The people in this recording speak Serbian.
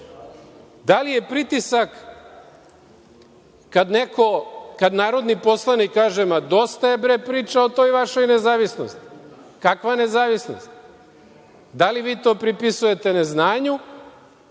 li je pritisak kad narodni poslanik kaže – ma, dosta je, bre, priča o toj vašoj nezavisnosti, kakva nezavisnost? Da li vi to pripisujete neznanju